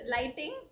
lighting